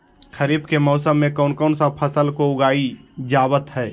खरीफ के मौसम में कौन कौन सा फसल को उगाई जावत हैं?